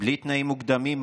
בלי תנאים מוקדמים,